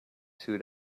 sewed